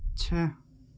چھ